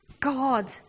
God